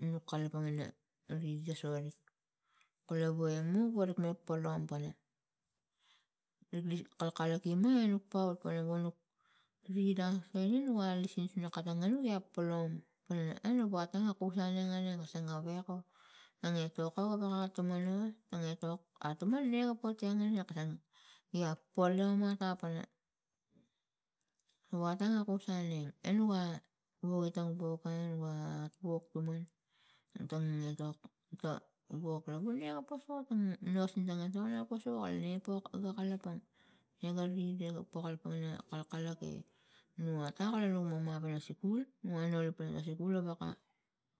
nuk kalapang ina rid esau kula waia mu warik no palom pana nik lis kalkalak ima enuk nuk paul pana gonuk rid asening no lislis lo katang ngu gia polong pana e nuk watang ga kus aneng aneng kasang a weko tange toko gana tong mano tange etok atuman ne ga poteng ge nek. kasang niga poli amata pana no watang a kus aneng ebnuga wogitang bukang a wok tuman etok woklo buniau ga posok tang nos nitang etok nu kusno wakala epok wa kalapang ne ga rid nega poka kalapang kalkalak ge nu ata kala nu mama pana sikul muano pana sikul a waka.